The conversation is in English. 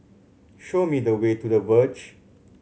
show me the way to The Verge